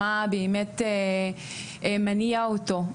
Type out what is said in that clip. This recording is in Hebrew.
למה שבאמת מניע אותו.